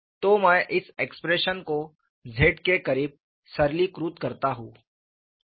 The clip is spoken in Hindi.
तो मैं इस एक्सप्रेशन को z के करीब सरलीकृत कर सकता हूं